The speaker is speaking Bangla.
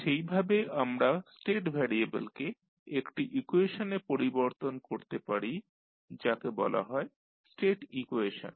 সেইভাবে আমরা স্টেট ভ্যারিয়েবলকে একটি ইকুয়েশনে পরিবর্তন করতে পারি যাকে বলা হয় স্টেট ইকুয়েশন